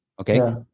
Okay